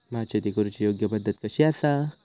भात शेती करुची योग्य पद्धत कशी आसा?